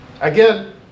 Again